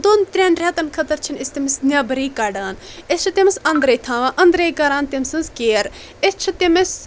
دۄن ترٛٮ۪ن رٮ۪تن خٲطرٕ چھِنہٕ أسۍ تٔمِس نٮ۪برٕے کڑان أسۍ چھِ تٔمِس انٛدرٕے تھاوان أنٛدرٕے کران تٔمۍ سٕنٛز کیر أسۍ چھِ تٔمِس